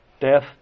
Death